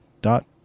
dot